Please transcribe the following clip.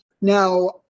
Now